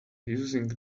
using